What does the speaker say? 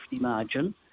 margin